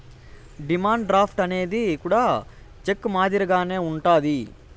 demand draft అనేది కూడా cheque మాదిరిగానే ఉంటది